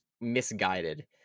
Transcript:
misguided